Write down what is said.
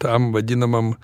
tam vadinamam